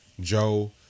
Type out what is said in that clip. Joe